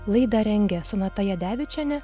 laidą rengė sonata jadevičienė